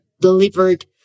delivered